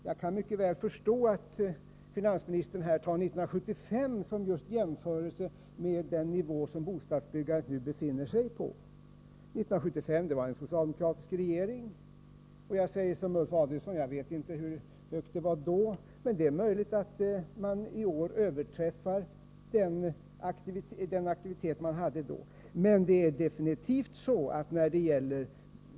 Jag kan mycket väl förstå att finansministern tar just året 1975 när han talar om nivån för bostadsbyggandet. År 1975 hade vi en socialdemokratisk regering. Jag säger som Ulf Adelsohn, jag vet inte hur högt bostadsbyggandet var då. Det är möjligt att vi i år överträffar den aktivitetsnivå som man hade då.